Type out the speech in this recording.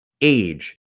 age